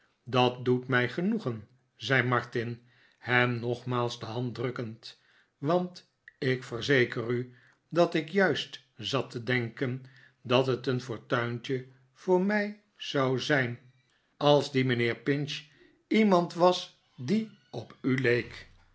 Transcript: dat doet mij genoegen zei martin hem nogmaals de hand drukkend want ik verzeker u dat ik juist zat te denken dat het een fortuintje voor mij zou zijn als die mijnheer pinch iemand was die op u leek